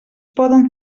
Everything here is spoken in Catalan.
poden